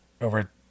over